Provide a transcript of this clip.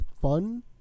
fun